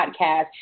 podcast